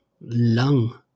lung